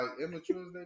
immature